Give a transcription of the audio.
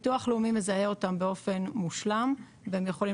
ביטוח לאומי מזהה אותם באופן מושלם והם יכולים